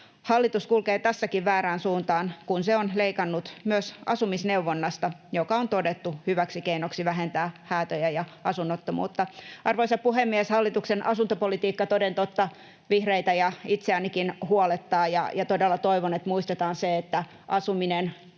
Hallitus kulkee tässäkin väärään suuntaan, kun se on leikannut myös asumisneuvonnasta, joka on todettu hyväksi keinoksi vähentää häätöjä ja asunnottomuutta. Arvoisa puhemies! Hallituksen asuntopolitiikka toden totta vihreitä ja itseänikin huolettaa, ja todella toivon, että muistetaan se, että asuminen,